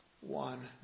One